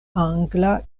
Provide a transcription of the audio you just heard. angla